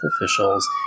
officials